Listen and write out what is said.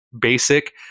basic